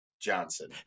Johnson